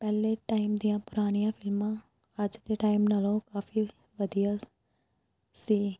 ਪਹਿਲੇ ਟਾਈਮ ਦੀਆਂ ਪੁਰਾਣੀਆਂ ਫਿਲਮਾਂ ਅੱਜ ਦੇ ਟਾਈਮ ਨਾਲੋਂ ਕਾਫੀ ਵਧੀਆ ਸੀ